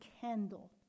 candle